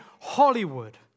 Hollywood